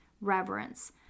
reverence